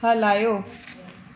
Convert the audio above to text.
हलायो